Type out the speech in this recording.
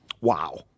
wow